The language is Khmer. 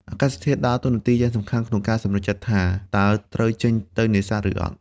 អាកាសធាតុ ដើរតួនាទីយ៉ាងសំខាន់ក្នុងការសម្រេចចិត្តថា តើត្រូវចេញទៅនេសាទ ឬអត់។